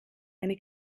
eine